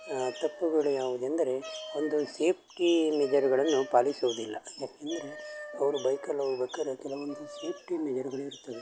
ತಪ್ಪುಗಳು ಯಾವುದೆಂದರೆ ಒಂದು ಸೇಫ್ಟಿ ಮೆಜರ್ಗಳನ್ನು ಪಾಲಿಸುವುದಿಲ್ಲ ಯಾಕೆಂದರೆ ಅವರು ಬೈಕಲ್ಲೋಗ್ಬೇಕಾದ್ರೆ ಕೆಲವೊಂದು ಸೇಫ್ಟಿ ಮೆಜರ್ಗಳು ಇರ್ತದೆ